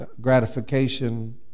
gratification